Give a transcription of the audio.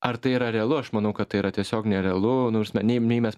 ar tai yra realu aš manau kad tai yra tiesiog nerealu nu ta prasme nei nei mes